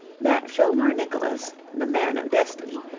that fillmore nicholas, the man of destiny,